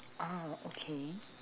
oh okay